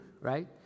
right